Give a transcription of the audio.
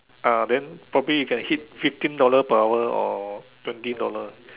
ah then probably you can hit fifteen dollar per hour or twenty dollar